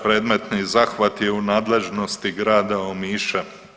Predmetni zahvat je u nadležnosti grada Omiša.